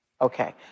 Okay